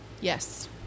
Yes